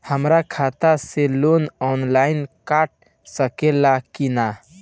हमरा खाता से लोन ऑनलाइन कट सकले कि न?